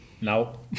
No